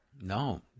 No